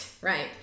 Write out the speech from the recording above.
Right